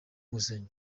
nguzanyo